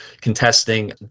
contesting